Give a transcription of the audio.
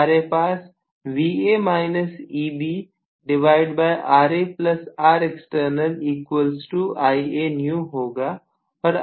हमारे पास RaRext Ia new होगा